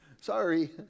Sorry